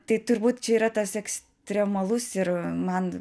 tai turbūt čia yra tas ekstremalus ir man